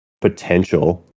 potential